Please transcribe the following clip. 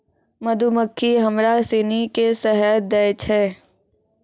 मधुमक्खी हमरा सिनी के शहद दै छै